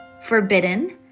Forbidden